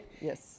Yes